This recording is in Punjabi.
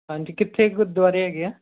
ਹਾਂਜੀ ਕਿੱਥੇ ਗੁਰਦੁਆਰੇ ਹੈਗੇ ਆ